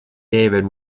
david